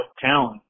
talent